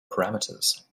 parameters